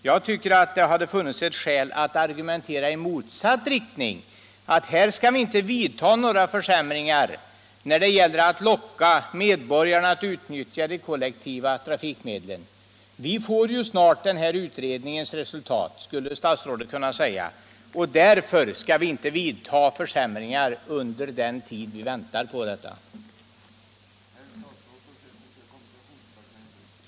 Jag tycker att det snarare hade funnits skäl att argumentera i motsatt riktning, nämligen att vi inte skall göra några försämringar när det gäller att locka medborgarna att utnyttja de kollektiva trafikmedlen. Vi får snart resultatet av den här utredningen, skulle statsrådet kunna säga, och därför skall vi inte göra några försämringar under den tid vi väntar på utredningens resultat.